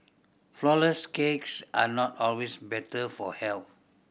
flourless cakes are not always better for health